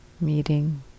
meeting